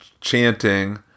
chanting